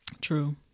True